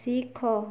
ଶିଖ